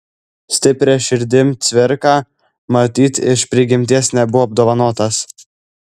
stipria širdim cvirka matyt iš prigimties nebuvo apdovanotas